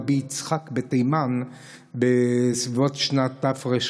רבי יצחק גברא נולד לאביו רבי יצחק בתימן בסביבות שנת תרכ"ה,